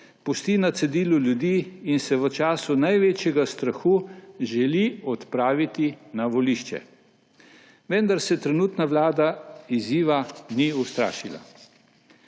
pusti na cedilu ljudi in se v času največjega strahu želi odpraviti na volišče. Vendar se trenutna vlada izziva ni ustrašila.